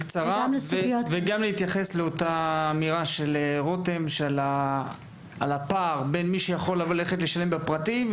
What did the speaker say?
וגם להתייחס לאותה אמירה של רותם על הפער בין מי שיכול ללכת לשלם בפרטי.